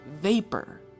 vapor